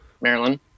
Maryland